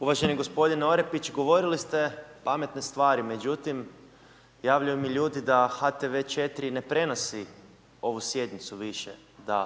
Uvaženi gospodine Orepić, govorili ste pametne stvari, međutim javljaju mi ljudi da HTV 4 ne prenosi ovu Sjednicu više, da